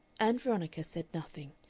ann veronica said nothing,